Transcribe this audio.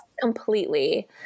completely